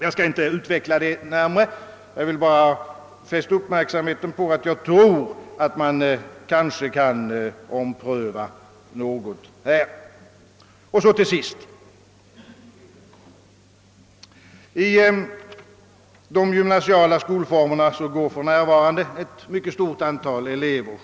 Jag skall inte utveckla detta närmare men vill fästa kammarledamöternas «uppmärksamhet på att det enligt min mening är lämpligt att ompröva denna fråga. Till sist vill jag framhålla, att ett mycket stort antal elever för närvarande går i de gymnasiala skolformerna.